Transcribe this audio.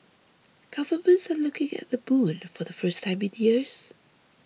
governments are looking at the moon for the first time in years